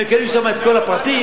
מקבלים שם את כל הפרטים,